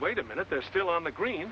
wait a minute they're still on the green